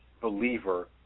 believer